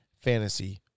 fantasy